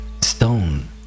stone